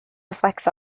reflects